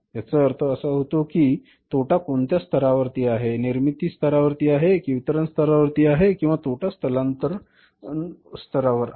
याचा अर्थ असा होतो की तोटा कोणत्या स्तरावर आहे निर्मिती स्तरावर आहे कि वितरण स्तरावर आहे किंवा तोटा स्थलांतरण स्तरावर आहे